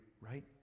right